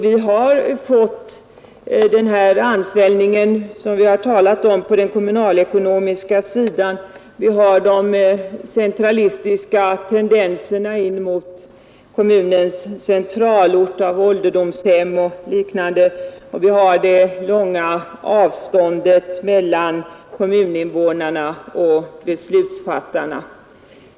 Vi har fått den här ansvällningen, som vi har talat om, på den kommunalekonomiska sidan. Vi har de centralistiska tendenserna att flytta ålderdomshem och liknande in mot kommunens centralort, och vi har det långa avståndet mellan kommuninvånarna och beslutsfattarna.